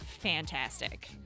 fantastic